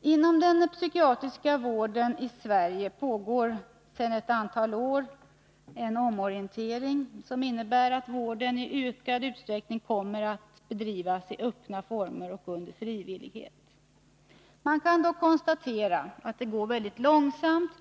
Inom den psykiatriska vården i Sverige pågår sedan ett antal år tillbaka en omorientering som innebär att vården i ökad utsträckning kommer att bestridas i öppna former och under frivillighet. Man kan dock konstatera att utvecklingen går långsamt.